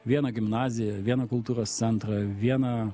vieną gimnaziją vieną kultūros centrą vieną